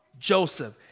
Joseph